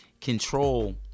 control